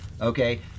Okay